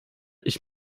ich